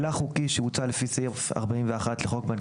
הילך חוקי שהוצא לפי סעיף 41 לחוק בנק